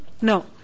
No